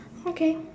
okay